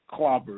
clobbered